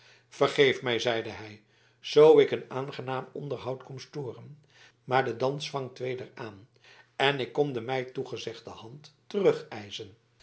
vergeef mij zeide hij zoo ik een aangenaam onderhoud kom storen maar de dans vangt weder aan en ik kom de mij toegezegde hand